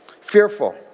Fearful